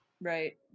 right